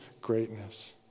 greatness